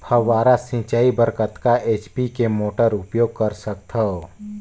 फव्वारा सिंचाई बर कतका एच.पी के मोटर उपयोग कर सकथव?